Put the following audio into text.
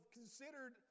considered